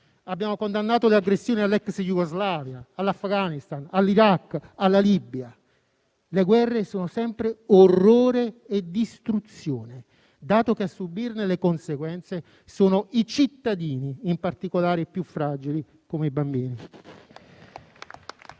abbiamo condannato le aggressioni all'ex Jugoslavia, all'Afghanistan, all'Iraq e alla Libia. Le guerre sono sempre orrore e distruzione, dato che a subirne le conseguenze sono i cittadini, in particolare i più fragili, come i bambini.